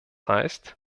heißt